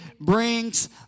brings